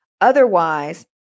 Otherwise